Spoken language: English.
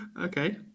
Okay